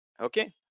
Okay